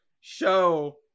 show